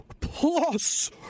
plus